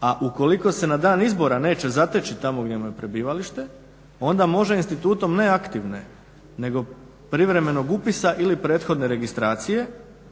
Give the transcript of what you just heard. A ukoliko se na dan izbora neće zateći tamo gdje mu je prebivalište ona može institutom neaktivne nego privremenog upisa ili prethodne registracije